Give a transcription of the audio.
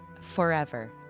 forever